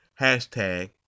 hashtag